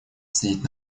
сидеть